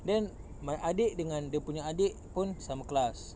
then my adik dengan dia punya adik pun sama kelas